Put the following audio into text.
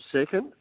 second